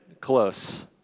close